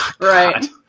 right